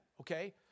okay